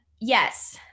yes